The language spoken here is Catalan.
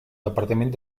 departament